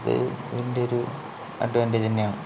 അപ്പോൾ അത് ഇതിൻ്റെ ഒരു അഡ്വാൻറ്റേജ് തന്നെയാണ്